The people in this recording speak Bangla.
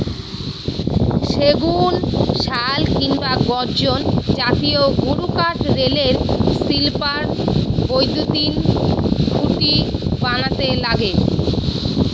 সেগুন, শাল কিংবা গর্জন জাতীয় গুরুকাঠ রেলের স্লিপার, বৈদ্যুতিন খুঁটি বানাতে লাগে